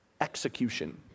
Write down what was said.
execution